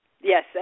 Yes